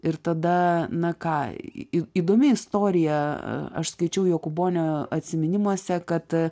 ir tada na ką į įdomi istorija a aš skaičiau jokūbonio atsiminimuose kad